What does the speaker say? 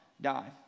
die